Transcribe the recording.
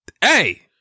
Hey